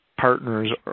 partners